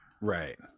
Right